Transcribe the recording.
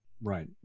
Right